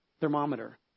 thermometer